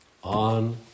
On